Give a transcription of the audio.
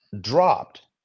dropped